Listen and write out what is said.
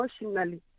emotionally